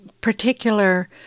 particular